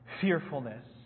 fearfulness